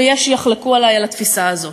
ויש שיחלקו עלי בתפיסה הזאת.